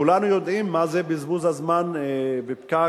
כולנו יודעים מה זה בזבוז הזמן בפקק